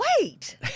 wait